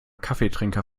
kaffeetrinker